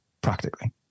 practically